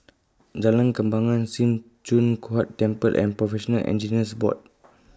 Jalan Kembangan SIM Choon Huat Temple and Professional Engineers Board